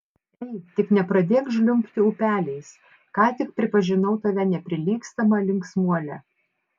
ei tik nepradėk žliumbti upeliais ką tik pripažinau tave neprilygstama linksmuole